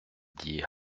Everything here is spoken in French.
dit